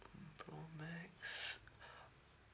pro max